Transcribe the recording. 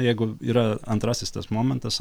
jeigu yra antrasis tas momentas